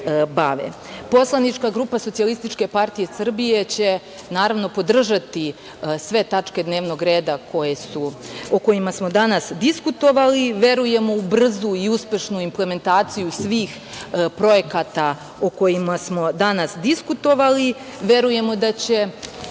kojima se bave. Poslanička grupa SPS će, naravno, podržati sve tačke dnevnog reda o kojima smo danas diskutovali. Verujemo u brzu i uspešnu implementaciju svih projekata o kojima smo danas diskutovali, verujemo da će